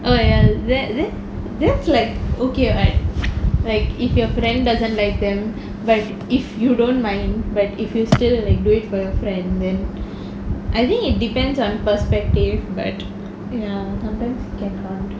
oh ya that that that's like okay [what] like if your friend doesn't like them but if you don't mind but if you still do it for your friend then I think it depends on perspective but ya sometimes it can count